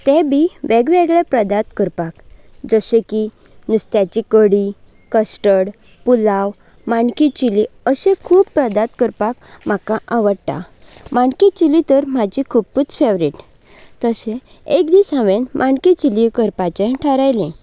तें बी वेगवेगळे पदार्थ करपाक जशें की नुस्त्याची कडी कस्टड पुलाव माणकी चिली अशे खूब पदार्थ करपाक म्हाका आवडटा माणकी चिली तर म्हजी खुबूच फेवरेट तशें एक दीस हांवें माणकी चिली करपाचें थरयलें